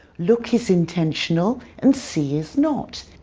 look is intentional and see is not.